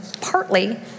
partly